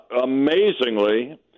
amazingly